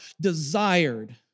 desired